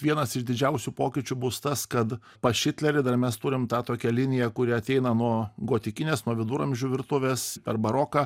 vienas iš didžiausių pokyčių bus tas kad pas šitlerį dar mes turim tą tokią liniją kuri ateina nuo gotikinės nuo viduramžių virtuvės ar baroką